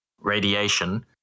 radiation